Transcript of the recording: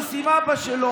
באוטובוס עם אבא שלו,